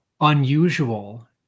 unusual